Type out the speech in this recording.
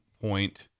point